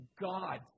God